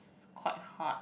quite hard